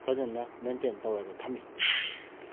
ꯐꯖꯅ ꯃꯦꯟꯇꯦꯟ ꯇꯧꯔꯒ ꯊꯝꯃꯤ